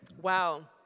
wow